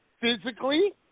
physically